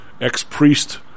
ex-priest